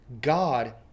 God